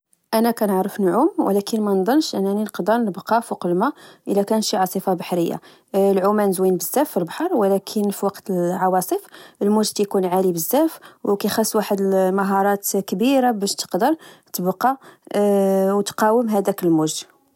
أنا كنعرف نعوم ولكن مانضنش انني نقدر نبقا فوق الماء الى كان شي عاصفة بحرية العومان زوين بزاف في البحر ولكن في وقت العواصف الموت تيكون عالي بزاف وكل واحد مهارات كبيرة باش تقدر تبقى وتقاوم هداك الموج